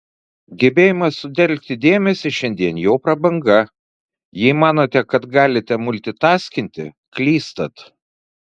gebėjimas sutelkti dėmesį šiandien jau prabanga jei manote kad galite multitaskinti klystat